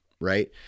right